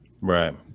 Right